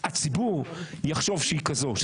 זה